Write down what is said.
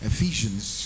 Ephesians